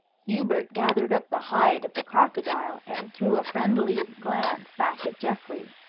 hubert gathered up the hide of the crocodile and threw a friendly glance back at geoffrey.